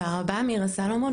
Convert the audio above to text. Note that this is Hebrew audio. מירה סלומון,